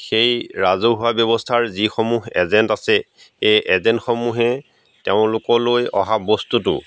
সেই ৰজহুৱা ব্যৱস্থাৰ যিসমূহ এজেণ্ট আছে এই এজেণ্টসমূহে তেওঁলোকলৈ অহা বস্তুটো